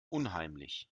unheimlich